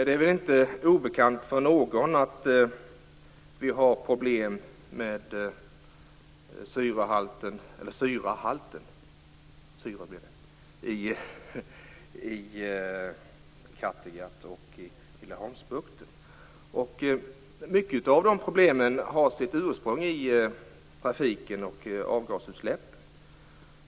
Det är väl inte obekant för någon att vi har problem med syrehalten i Kattegatt och Laholmsbukten. Många av de här problemen har sitt ursprung i trafiken och avgasutsläppen.